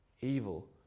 evil